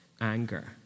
anger